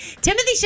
Timothy